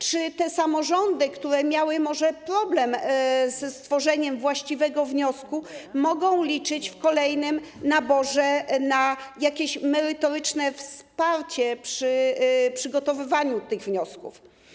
Czy te samorządy, które może miały problem ze stworzeniem właściwego wniosku, mogą liczyć w kolejnym naborze na jakieś merytoryczne wsparcie przy przygotowywaniu wniosków?